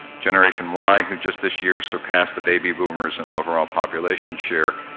generation y, who just this year surpassed the baby boomers in overall population share,